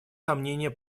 сомнение